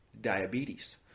diabetes